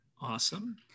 Awesome